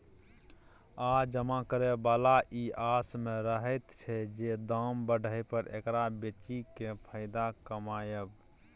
आ जमा करे बला ई आस में रहैत छै जे दाम बढ़य पर एकरा बेचि केँ फायदा कमाएब